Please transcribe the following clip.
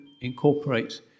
incorporate